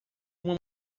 uma